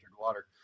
water